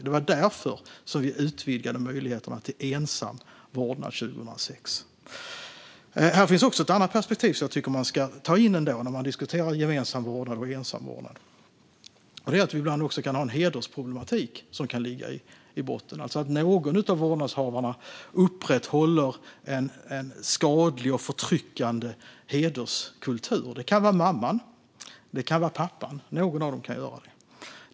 Det var därför vi utvidgade möjligheterna till ensam vårdnad 2006. Här finns också ett annat perspektiv som jag tycker att man ska ta in när man diskuterar gemensam vårdnad och ensam vårdnad. Det är att det ibland också kan ligga en hedersproblematik i botten, alltså att någon av vårdnadshavarna upprätthåller en skadlig och förtryckande hederskultur. Det kan vara mamman. Det kan vara pappan. Någon av dem kan göra det.